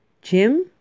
Jim